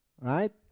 right